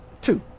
two